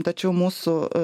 tačiau mūsų